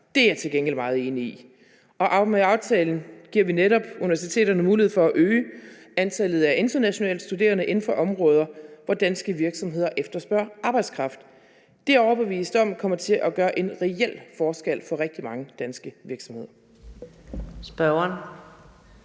Det er jeg til gengæld meget enig i, og med aftalen giver vi netop universiteterne mulighed for at øge antallet af internationale studerende inden for områder, hvor danske virksomheder efterspørger arbejdskraft. Det er jeg overbevist om kommer til at gøre en reel forskel for rigtig mange danske virksomheder. Kl.